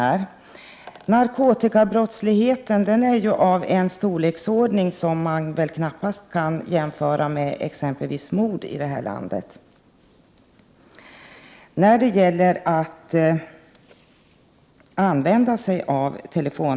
Men narkotikabrottsligheten är ju av en omfattning som väl knappast kan jämföras med omfattningen när det gäller exempelvis mord begångna i vårt land.